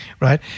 Right